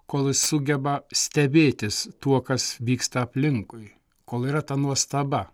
kol jis sugeba stebėtis tuo kas vyksta aplinkui kol yra ta nuostaba